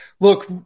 look